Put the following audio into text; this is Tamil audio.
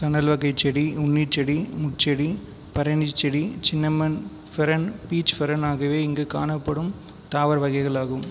சணல் வகைச்செடி உண்ணிச்செடி முட்செடி பெரணி செடி சின்னமன் ஃபெரன் பீச் ஃபெரன் ஆகியவை இங்கு காணப்படும் தாவர வகைகள் ஆகும்